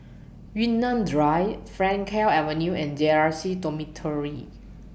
Yunnan Drive Frankel Avenue and J R C Dormitory